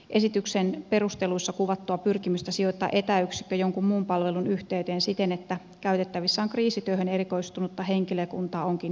esityksen perusteluissa kuvattu pyrkimys sijoittaa etäyksikkö jonkun muun palvelun yhteyteen siten että käytettävissä on kriisityöhön erikoistunutta henkilökuntaa onkin tarkoituksenmukainen